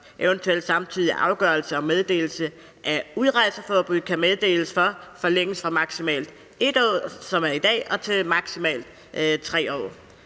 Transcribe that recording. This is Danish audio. eventuel samtidig afgørelse og meddelelse af udrejseforbud kan meddeles for, forlænges fra maksimalt 1 år, som det er i dag, til maksimalt 3 år.